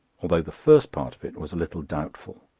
although the first part of it was a little doubtful.